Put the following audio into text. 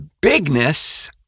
Bigness